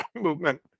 movement